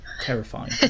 terrifying